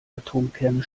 atomkerne